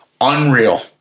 Unreal